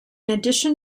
addition